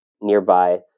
nearby